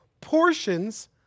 portions